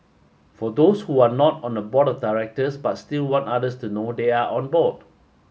for those who are not on the board of directors but still want others to know they are on board